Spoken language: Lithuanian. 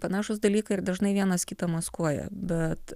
panašūs dalykai ir dažnai vienas kitą maskuoja bet